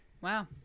wow